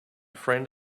friend